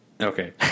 Okay